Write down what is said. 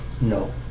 No